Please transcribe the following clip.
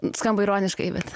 skamba ironiškai bet